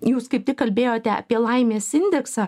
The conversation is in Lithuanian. jūs kaip tik kalbėjote apie laimės indeksą